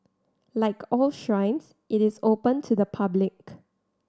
like all shrines it is open to the public